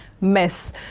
mess